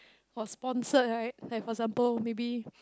or sponsored right like for example maybe